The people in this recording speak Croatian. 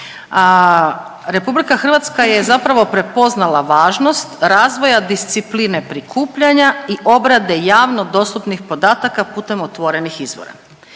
uništenje, RH je zapravo prepoznala važnost razvoja discipline prikupljanja i obrade javno dostupnih podataka putem otvorenih izvora.